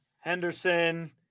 Henderson